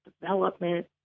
development